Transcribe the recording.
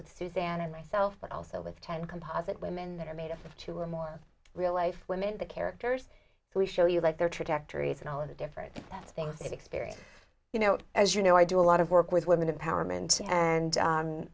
with suzanne and myself but also with ten composite women that are made up of two or more real life women the characters we show you like their trajectories and all the different things that experience you know as you know i do a lot of work with women empowerment and